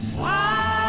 wow,